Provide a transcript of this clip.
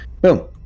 Boom